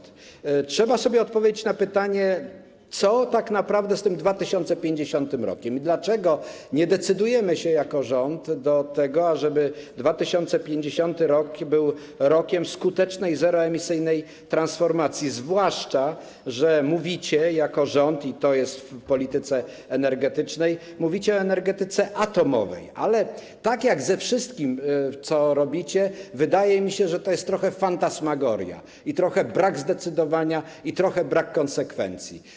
Trzeba sobie odpowiedzieć na pytanie, co tak naprawdę z tym 2050 r. i dlaczego nie decydujemy się jako rząd na to, ażeby 2050 r. był rokiem skutecznej zeroemisyjnej transformacji, zwłaszcza że jako rząd - jest to w polityce energetycznej - mówicie o energetyce atomowej, ale wydaje mi się, że tak jak ze wszystkim, co robicie, jest to trochę fantasmagoria, trochę brak zdecydowania i trochę brak konsekwencji.